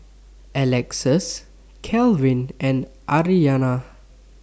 Alexus Calvin and Aryanna